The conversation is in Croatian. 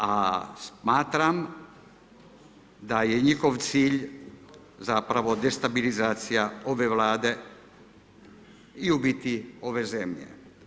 A smatram da je njihov cilj zapravo destabilizacija ove vlade i u biti ove zemlje.